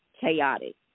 chaotic